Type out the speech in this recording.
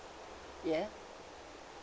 yeah